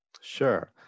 Sure